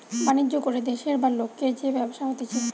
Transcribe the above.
বাণিজ্য করে দেশের বা লোকের যে ব্যবসা হতিছে